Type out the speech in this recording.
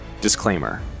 Disclaimer